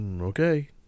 okay